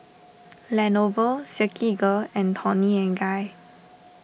Lenovo Silkygirl and Toni and Guy